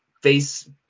face